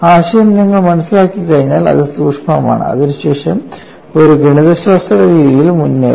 ആശയം നിങ്ങൾ മനസ്സിലാക്കി കഴിഞ്ഞാൽ അത് സൂക്ഷ്മമാണ് അതിനുശേഷം ഒരു ഗണിതശാസ്ത്ര രീതിയിൽ മുന്നേറും